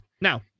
Now